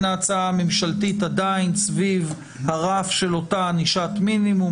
ההצעה הממשלתית עדיין סביב הרף של אותה ענישת מינימום.